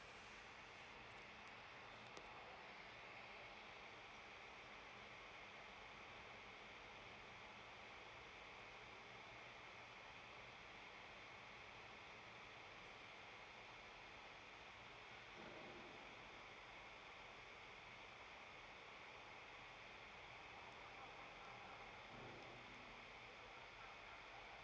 err ya